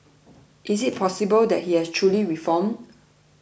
is it possible that he has truly reformed